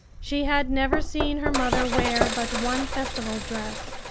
she had never seen her mother wear but one festival dress,